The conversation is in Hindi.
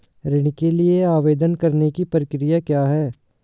ऋण के लिए आवेदन करने की प्रक्रिया क्या है?